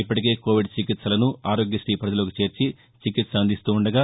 ఇప్పటికే కోవిడ్ చికిత్సలను ఆరోగ్యశీ పరిధిలోకి చేర్చి చికిత్స అందిస్తుండగా